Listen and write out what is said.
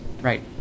right